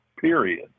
Period